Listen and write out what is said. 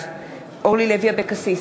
בעד אורלי לוי אבקסיס,